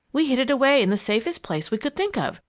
we hid it away in the safest place we could think of,